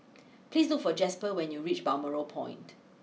please look for Jasper when you reach Balmoral Point